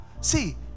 See